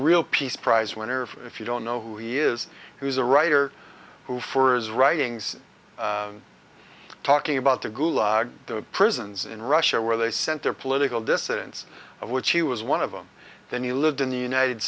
real peace prize winner for if you don't know who he is who's a writer who for his writings talking about the gulag the prisons in russia where they sent their political dissidents of which he was one of them then you lived in the united